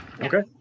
okay